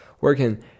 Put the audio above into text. working